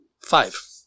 five